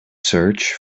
search